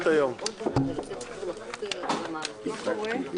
10:35.